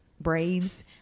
braids